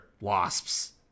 wasps